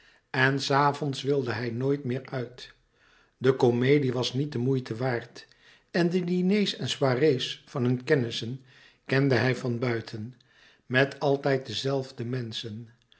en s avonds wilde hij nooit meer uit de comedie was niet de moeite waard en de diners en soirées van hun kennissen kende hij van buiten met altijd de zelfde menschen